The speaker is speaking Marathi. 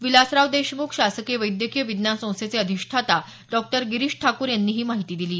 विलासराव देशमुख शासकीय वैद्यकीय विज्ञान संस्थेचे अधिष्ठाता डॉक्टर गिरीश ठाकूर यांनी ही माहिती दिली आहे